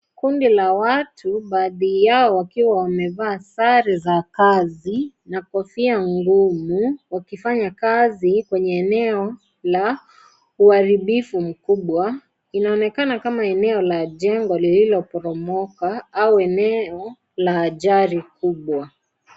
Kundi la watu, baadhi yao wakiwa wamevaa sare za kazi na kofia ngumu wakifanya kazi kwenye eneo la uharibifu mkubwa. Inaonekana kama eneo la jengo lililoporomoka au eneo la ajali kubwa.